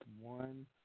one